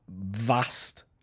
vast